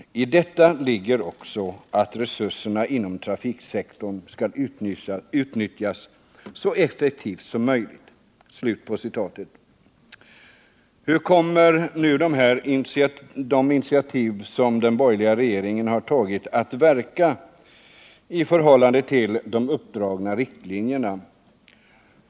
I detta ligger också att resurserna inom trafiksektorn skall utnyttjas så effektivt som möjligt.” Hur kommer nu de initiativ som den borgerliga regeringen har tagit att verka i förhållande till de uppdragna riktlinjerna?